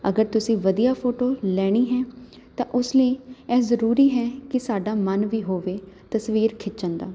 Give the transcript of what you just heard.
ਅਗਰ ਤੁਸੀਂ ਵਧੀਆ ਫੋਟੋ ਲੈਣੀ ਹੈ ਤਾਂ ਉਸ ਲਈ ਇਹ ਜ਼ਰੂਰੀ ਹੈ ਕਿ ਸਾਡਾ ਮਨ ਵੀ ਹੋਵੇ ਤਸਵੀਰ ਖਿੱਚਣ ਦਾ